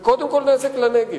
וקודם כול נזק לנגב,